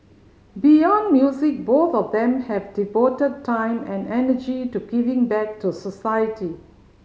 beyond music both of them have devoted time and energy to giving back to society